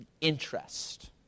interest